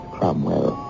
Cromwell